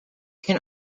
can